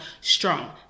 strong